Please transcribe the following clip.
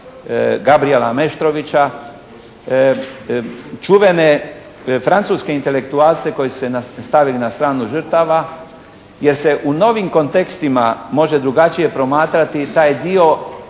Gabrijela Meštrovića, čuvene francuske intelektualce koji su stali na stranu žrtava jer se u novim kontekstima može drugačije promatrati i taj dio ratnih